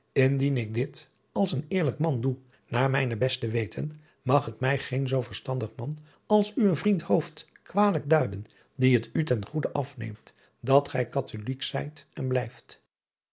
indien ik dit als een eerlijk man doe naar mijn beste weten mag het mij geen zoo verstandig man als uw vriend hooft kwalijk duiden die het u ten goede afneemt dat gij katholijk zijt en blijft